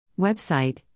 Website